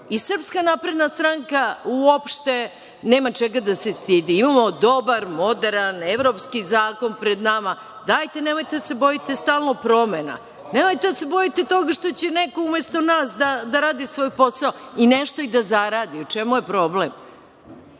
Srpska napredna stranka uopšte nema čega da se stidi. Imamo dobar, moderan, evropski zakon pred nama. Dajte, nemojte da se bojite stalno promena. Nemojte da se bojite toga što će neko umesto nas da radi svoj posao i nešto da zaradi. U čemu je problem?